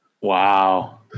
Wow